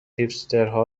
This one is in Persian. هیپسترها